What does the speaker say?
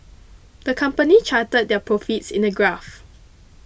the company charted their profits in a graph